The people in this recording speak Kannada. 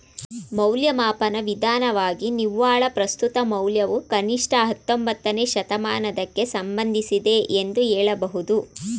ಮೌಲ್ಯಮಾಪನ ವಿಧಾನವಾಗಿ ನಿವ್ವಳ ಪ್ರಸ್ತುತ ಮೌಲ್ಯವು ಕನಿಷ್ಠ ಹತ್ತೊಂಬತ್ತನೇ ಶತಮಾನದಕ್ಕೆ ಸಂಬಂಧಿಸಿದೆ ಎಂದು ಹೇಳಬಹುದು